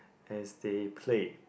as they play